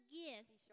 gifts